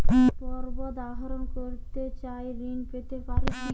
পর্বত আরোহণ করতে চাই ঋণ পেতে পারে কি?